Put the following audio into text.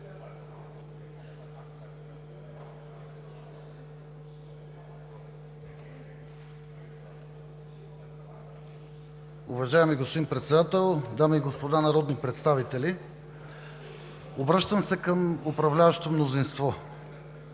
Уважаеми господин Председател, дами и господа народни представители! Обръщам се към управляващото мнозинство.